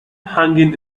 hanging